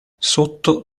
sotto